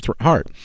heart